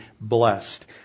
blessed